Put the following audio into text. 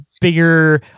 bigger